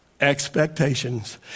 expectations